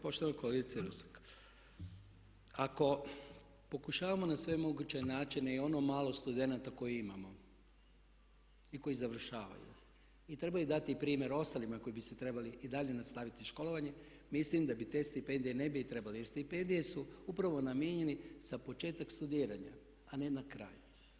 Poštovana kolegice Rusak, ako pokušavamo na sve moguće načine i ono malo studenata koje imamo i koji završavaju i trebaju dati primjer ostalima koji bi se trebali i dalje nastaviti školovanje, mislim da bi te stipendije ne bi trebale jer stipendije su upravo namijenjeni za početak studiranja, a ne na kraju.